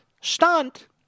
Stunt